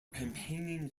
campaigning